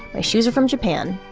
my shoes are from japan.